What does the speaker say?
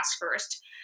first